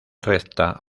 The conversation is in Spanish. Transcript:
recta